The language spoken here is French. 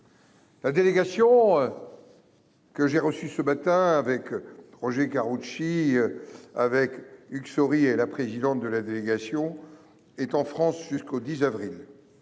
La délégation. Que j'ai reçu ce matin avec Roger Karoutchi avec une souris et la présidente de la délégation est en France jusqu'au 10 avril.